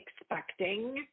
expecting